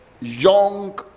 young